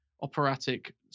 operatic